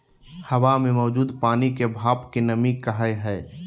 हवा मे मौजूद पानी के भाप के नमी कहय हय